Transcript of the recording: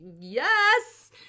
Yes